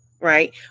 Right